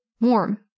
warm